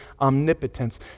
omnipotence